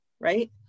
right